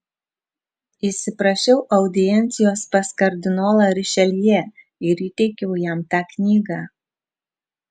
įsiprašiau audiencijos pas kardinolą rišeljė ir įteikiau jam tą knygą